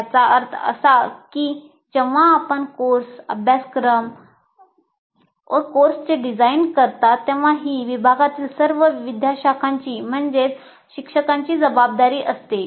याचा अर्थ असा की जेव्हा आपण कोर्स अभ्यासक्रम अभ्यासक्रम कोर्सचे डिझाईन करता तेव्हा ही विभागातील सर्व विद्याशाखांची जबाबदारी असते